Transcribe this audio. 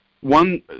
one